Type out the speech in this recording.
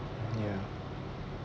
ya